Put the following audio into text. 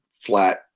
flat